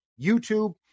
YouTube